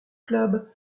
club